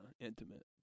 intimate